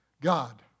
God